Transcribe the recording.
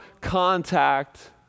contact